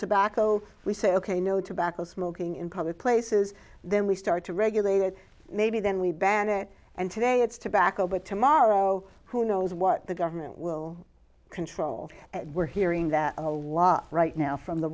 tobacco we say ok no tobacco smoking in public places then we start to regulate it maybe then we ban it and today it's tobacco but tomorrow who knows what the government will control and we're hearing that a lot right now from the